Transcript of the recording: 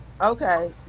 okay